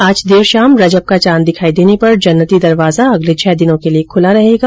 आज देर शाम रजब का चांद दिखाई देने पर जन्नती दरवाजा अगले छह दिनों के लिए खुला रहेगा